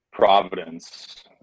providence